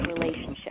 relationship